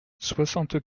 soixante